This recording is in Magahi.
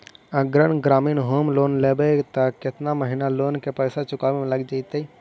अगर ग्रामीण होम लोन लेबै त केतना महिना लोन के पैसा चुकावे में लग जैतै?